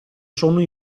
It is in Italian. sono